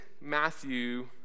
Matthew